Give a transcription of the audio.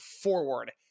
forward